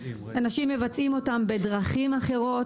אנשים מבצעים פעולות בדרכים אחרות.